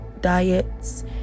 diets